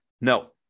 No